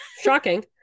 shocking